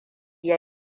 ya